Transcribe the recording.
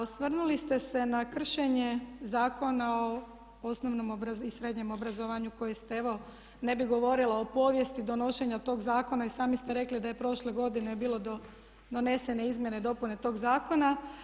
Osvrnuli ste se na kršenje Zakona o osobnom i srednjem obrazovanju koji ste evo, ne bi govorila o povijesti donošenja tog zakona, i sami ste rekli da je prošle godine bilo donesene izmjene i dopune tog zakon.